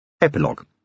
Epilogue